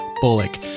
Bullock